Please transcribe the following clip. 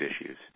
issues